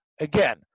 Again